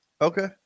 Okay